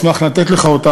אשמח לתת לך אותה,